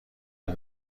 این